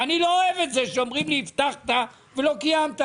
ואני לא אוהב את זה שאומרים לי שהבטחתי ולא קיימתי.